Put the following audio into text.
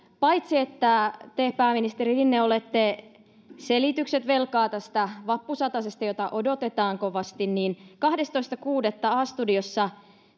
paitsi että te pääministeri rinne olette selityksen velkaa tästä vappusatasesta jota odotetaan kovasti niin kahdestoista kuudetta a studiossa